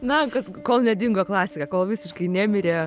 na k kol nedingo klasika kol visiškai nemirė